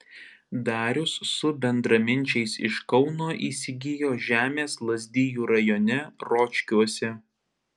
darius su bendraminčiais iš kauno įsigijo žemės lazdijų rajone ročkiuose